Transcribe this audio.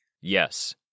Yes